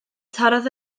torrodd